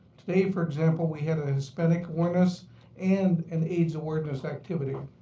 today, for example, we had ah hispanic awareness and an aids awareness activity.